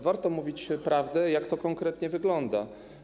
Warto mówić prawdę, jak to konkretnie wygląda.